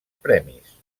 premis